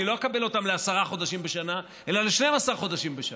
אני לא אקבל אותם ל-10 חודשים בשנה אלא ל-12 חודשים בשנה.